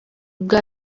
bwa